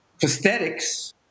prosthetics